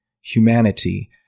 humanity